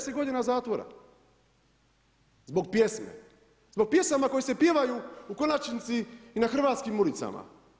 10 godina zatvora zbog pjesme, zbog pjesama koje se pjevaju u konačnici i na hrvatskim ulicama.